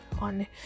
on